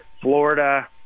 Florida